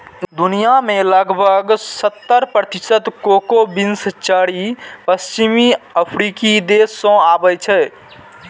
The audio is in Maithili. दुनिया के लगभग सत्तर प्रतिशत कोको बीन्स चारि पश्चिमी अफ्रीकी देश सं आबै छै